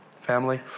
family